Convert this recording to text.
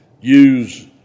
use